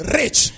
rich